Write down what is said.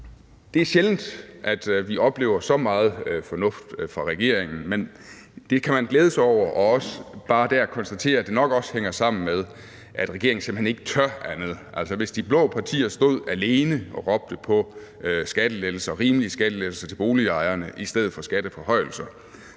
Det er sjældent, at vi oplever så meget fornuft fra regeringen, men det kan vi glæde os over og også bare konstatere, at det nok også hænger sammen med, at regeringen simpelt hen ikke tør andet. Altså, hvis de blå partier stod alene og råbte på skattelettelser, rimelige skattelettelser, til boligejerne i stedet for skatteforhøjelser,